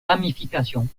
ramifications